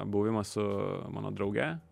buvimas su mano drauge